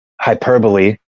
Hyperbole